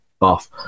off